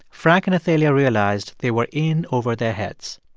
frank and athalia realized they were in over their heads.